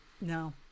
No